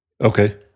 Okay